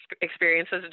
experiences